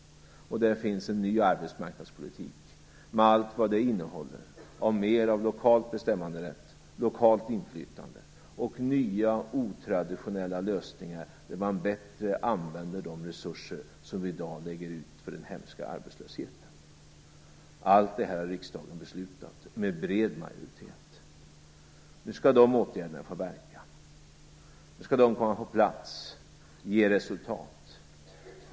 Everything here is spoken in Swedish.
Och där finns en ny arbetsmarknadspolitik med allt vad en sådan innehåller av mer av lokal bestämmanderätt, lokalt inflytande och nya otraditionella lösningar där man bättre använder de resurser som vi i dag lägger ut för den hemska arbetslösheten. Allt detta har riksdagen fattat beslut om med bred majoritet. Nu skall dessa åtgärder få verka. Nu skall de komma på plats och ge resultat.